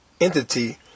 entity